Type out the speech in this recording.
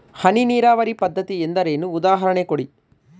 ಹನಿ ನೀರಾವರಿ ಪದ್ಧತಿ ಎಂದರೇನು, ಉದಾಹರಣೆ ಕೊಡಿ?